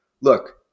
look